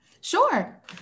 Sure